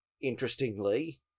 interestingly